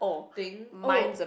thing oh